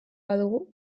badugu